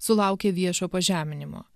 sulaukė viešo pažeminimo